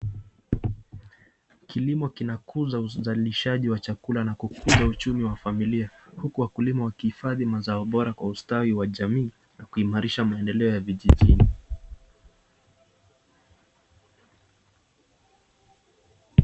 Kilimo kinakuza uzalishaji wa chakula na kukuza uchumi wa familia, huku wakulima wakihifadhi mazao bora kwa ustawi wa jamii na kuimarisha maendeleo ya vijijini.